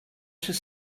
better